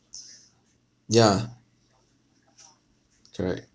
yeah correct